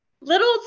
Little